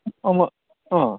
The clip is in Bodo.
अ मा अ